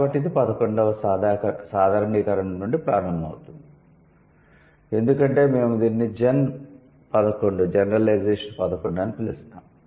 కాబట్టి ఇది పదకొండవ సాధారణీకరణ నుండి ప్రారంభమవుతుంది ఎందుకంటే మేము దీనిని జెన్ పదకొండు అని పిలుస్తాము